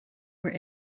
were